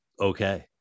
okay